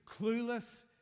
clueless